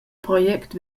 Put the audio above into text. project